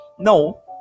No